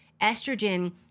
estrogen